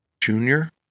Junior